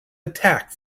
attack